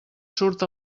surt